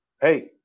Hey